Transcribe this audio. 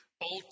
Old